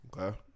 Okay